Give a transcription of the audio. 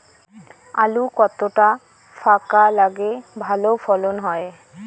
আলু কতটা ফাঁকা লাগে ভালো ফলন হয়?